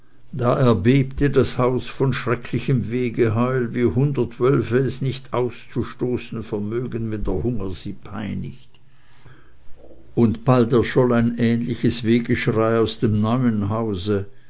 da erbebte das haus von schrecklichem wehgeheul wie hundert wölfe es nicht auszustoßen vermögen wenn der hunger sie peinigt und bald erscholl ein ähnliches wehgeschrei aus dem neuen hause